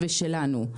ושלנו.